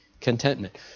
contentment